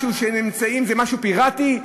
הם נמצאים במשהו פיראטי?